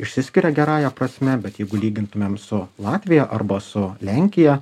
išsiskiria gerąja prasme bet jeigu lygintumėm su latvija arba su lenkija